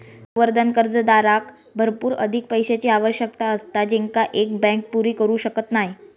संवर्धित कर्जदाराक भरपूर अधिक पैशाची आवश्यकता असता जेंका एक बँक पुरी करू शकत नाय